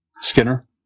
Skinner